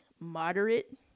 moderate